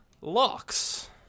Locks